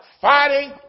Fighting